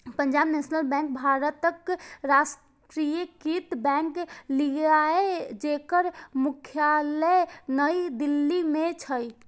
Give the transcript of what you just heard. Punjab national bank भारतक राष्ट्रीयकृत bank छियै, जेकर मुख्यालय नई दिल्ली मे छै